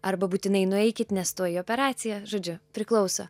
arba būtinai nueikit nes tuoj operacija žodžiu priklauso